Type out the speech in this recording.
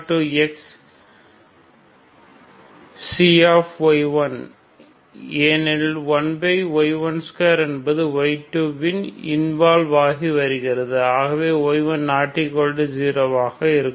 x0xC ஏனெனில் 1y12 என்பது y2 இல் இன்வால்வ் ஆகி உள்ளது ஆகவே இது y1≠0 ஆக இருக்கும்